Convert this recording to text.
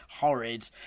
horrid